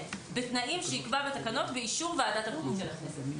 בתנאים שיקבע בתקנות באישור ועדת הבריאות של הכנסת.